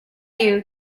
you